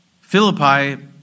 Philippi